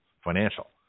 financial